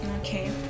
okay